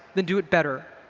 then do it better.